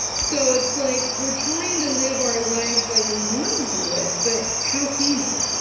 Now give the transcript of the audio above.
so it's like we're trying to live our lives like we normally would. but how can you?